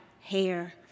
hair